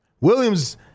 Williams